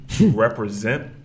represent